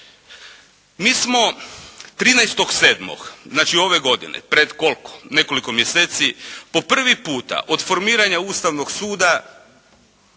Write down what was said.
Mi smo 13.7. znači ove godine pred nekoliko mjeseci po prvi puta od formiranja Ustavnog suda